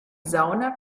sauna